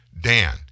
Dan